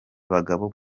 abagabo